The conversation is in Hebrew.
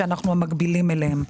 שאנחנו המקבילים אליהם.